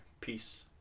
peace